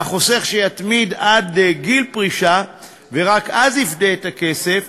והחוסך שיתמיד עד גיל פרישה ורק אז יפדה את הכסף